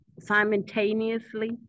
simultaneously